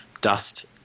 dust